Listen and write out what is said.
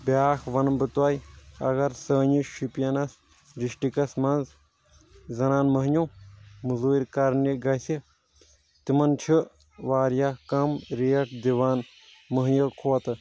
بیاکھ ونہٕ بہٕ تۄہہ اگر سٲنِس شُپینس ڈسٹکَس منٛز زنان مہنیوٗ مۄزوٗرۍ کرنہِ گژھہِ تِمن چھُ واریاہ کم ریٹ دِوان مہنِیو کھۄتہٕ